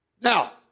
Now